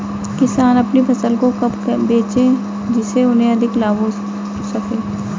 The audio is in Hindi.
किसान अपनी फसल को कब बेचे जिसे उन्हें अधिक लाभ हो सके?